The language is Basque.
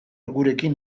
gurekin